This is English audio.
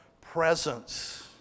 presence